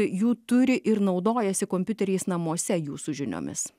jų turi ir naudojasi kompiuteriais namuose jūsų žiniomis